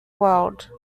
world